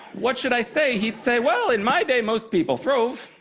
what should i say? he'd say, well, in my day, most people throve,